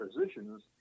positions